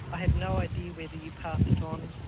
i have no idea whether you pass it on,